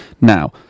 Now